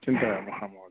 चिन्तयामः महोदय